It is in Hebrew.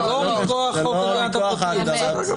זה לא מכוח חוק הגדרת הפרטיות.